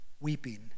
weeping